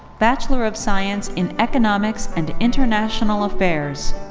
bachelor of science in economics and international affairs.